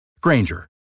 Granger